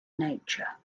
nature